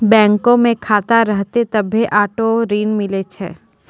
बैंको मे खाता रहतै तभ्भे आटो ऋण मिले सकै